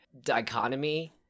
dichotomy